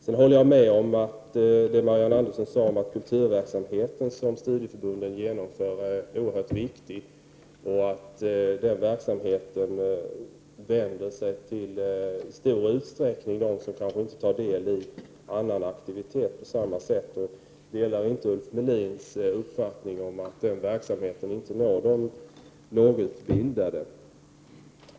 Jag håller med Marianne Andersson om att den kulturverksamhet som studieförbunden genomför är oerhört viktig och att den i större utsträckning vänder sig till dem som inte tar del i annan aktivitet på samma sätt. Jag delar inte Ulf Melins uppfattning att den verksamheten inte når de lågutbildade.